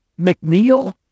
McNeil